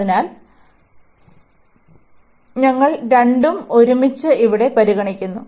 അതിനാൽ ഞങ്ങൾ രണ്ടും ഒരുമിച്ച് ഇവിടെ പരിഗണിക്കുന്നു